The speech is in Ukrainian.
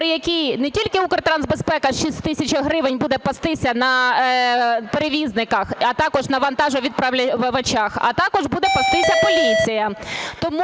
при якій не тільки Укртрансбезпека, 6 тисяч гривень буде "пастися" на перевізниках, а також на вантажовідправниках, а також буде "пастися" поліція.